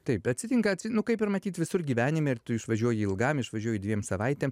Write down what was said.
taip atsitinka atsim kaip ir matyt visur gyvenime ir tu išvažiuoji ilgam išvažiuoji dviem savaitėm